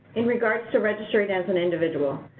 in regards to registering as an individual,